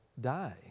die